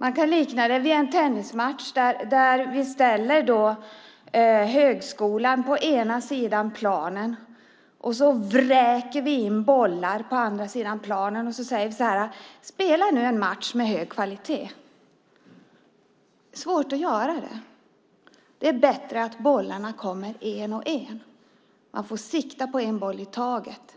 Man kan likna det vid en tennismatch där vi ställer högskolan på ena sidan planen och vräker in bollar på andra sidan planen och säger: Spela nu en match med hög kvalitet. Det är svårt. Det är bättre att bollarna kommer en och en så att man får sikta på en boll i taget.